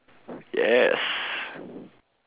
yes